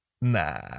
nah